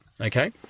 okay